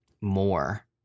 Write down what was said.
more